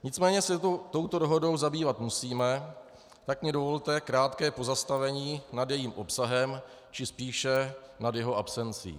Nicméně se touto dohodou zabývat musíme, tak mně dovolte krátké pozastavení nad jejím obsahem, či spíše nad jeho absencí.